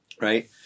Right